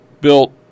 Built